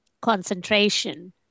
concentration